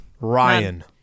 Ryan